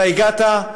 אתה הגעת,